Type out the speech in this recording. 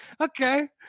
okay